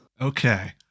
okay